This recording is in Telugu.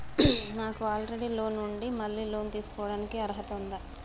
నాకు ఆల్రెడీ లోన్ ఉండి మళ్ళీ లోన్ తీసుకోవడానికి అర్హత ఉందా?